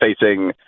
facing